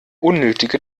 unnötige